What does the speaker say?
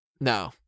No